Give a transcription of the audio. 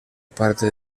parte